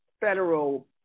federal